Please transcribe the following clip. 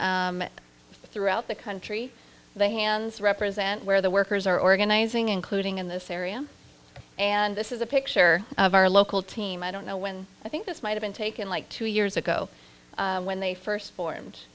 throughout the country they hands represent where the workers are organizing including in this area and this is a picture of our local team i don't know when i think this might have been taken like two years ago when they first for